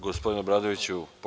Gospodine Obradoviću po